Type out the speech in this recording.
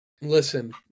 Listen